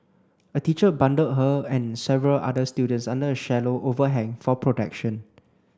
a teacher bundled her and several other students under a shallow overhang for protection